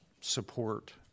support